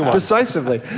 decisively.